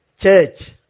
Church